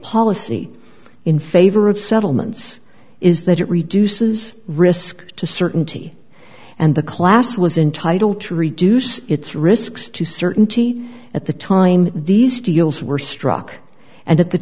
policy in favor of settlements is that it reduces risk to certainty and the class was entitle to reduce its risks to certainty at the time these deals were struck and at the